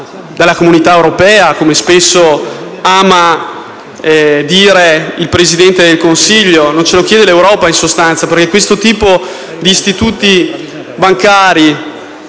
dall'Unione europea, come spesso ama dire il Presidente del Consiglio. Non ce lo chiede l'Europa, in sostanza, perché questo tipo di istituti bancari,